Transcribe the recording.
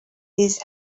his